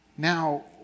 Now